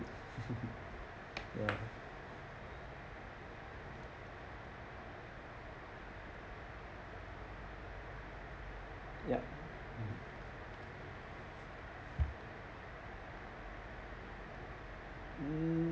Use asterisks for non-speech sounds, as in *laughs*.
*laughs* ya yup